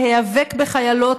להיאבק בחיילות,